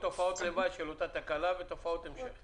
תופעות לוואי של אותה תקלה ותופעות המשך.